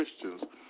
Christians